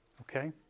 Okay